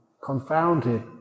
confounded